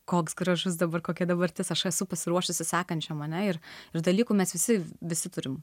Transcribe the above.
koks gražus dabar kokia dabartis aš esu pasiruošusi sekančiam ane ir ir dalykų mes visi visi turim